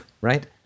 right